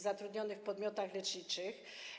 zatrudnionych w podmiotach leczniczych.